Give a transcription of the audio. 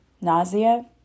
nausea